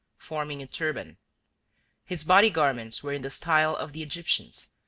forming a turban his body garments were in the style of the egyptian's,